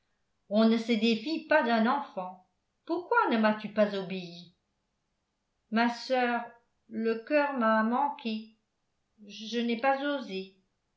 on ne se défie pas d'un enfant pourquoi ne m'as-tu pas obéi ma soeur le coeur m'a manqué je n'ai pas osé